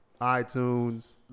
iTunes